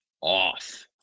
off